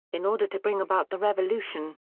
in order to bring about the revolution.